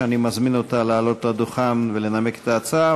שאני מזמין אותה לעלות לדוכן ולנמק את ההצעה,